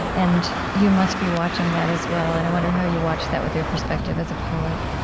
and you must be watching that as well. and i wonder how you watch that with your perspective as a poet